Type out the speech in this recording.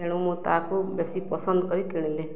ତେଣୁ ମୁଁ ତାହାକୁ ବେଶୀ ପସନ୍ଦ କରି କିଣିଲି